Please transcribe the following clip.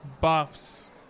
buffs